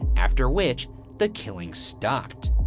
after which the killings stopped.